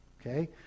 okay